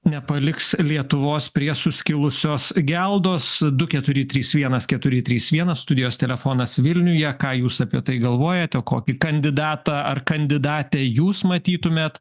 nepaliks lietuvos prie suskilusios geldos du keturi trys vienas keturi trys vienas studijos telefonas vilniuje ką jūs apie tai galvojate kokį kandidatą ar kandidatę jūs matytumėt